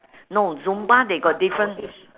no zumba they got different